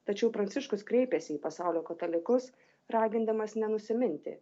tačiau pranciškus kreipėsi į pasaulio katalikus ragindamas nenusiminti